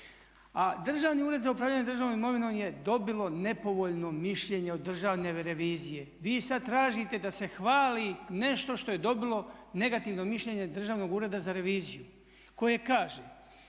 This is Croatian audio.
A Državni ured za upravljanje državnom imovinom je dobilo nepovoljno mišljenje od Državne revizije. Vi sad tražite da se hvali nešto što je dobilo negativno mišljenje Državnog ureda za reviziju, koje kaže: